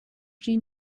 jean